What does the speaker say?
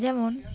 যেমন